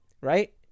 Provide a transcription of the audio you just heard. Right